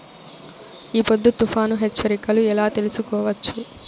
ఈ పొద్దు తుఫాను హెచ్చరికలు ఎలా తెలుసుకోవచ్చు?